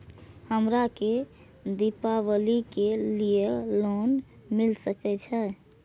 हमरा के दीपावली के लीऐ लोन मिल सके छे?